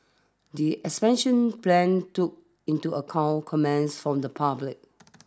the expansion plans took into account comments from the public